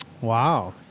Wow